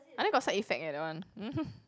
I think got side effect eh that one